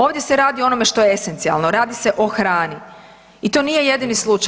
Ovdje se radi o onome što je esencijalno, radi se o hrani i to nije jedini slučaj.